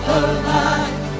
alive